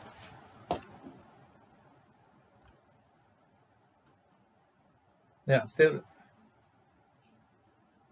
ya still